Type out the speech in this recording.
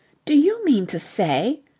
do you mean to say.